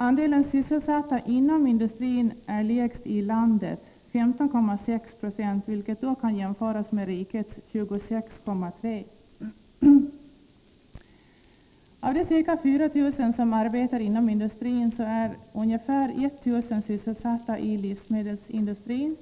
Andelen sysselsatta inom industrin är den lägsta i landet — 15,6 90, vilket kan jämföras med andelen i riket som är 26,3 90. Av de ca 4 000 som arbetar inom industrin är ca 1000 sysselsatta i livsmedelsindustrin